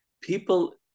people